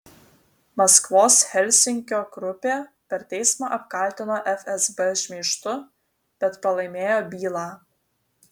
maskvos helsinkio grupė per teismą apkaltino fsb šmeižtu bet pralaimėjo bylą